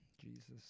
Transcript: Jesus